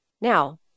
Now